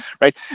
right